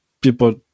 people